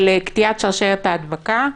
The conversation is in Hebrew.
של קטיעת שרשרת ההדבקה,